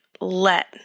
let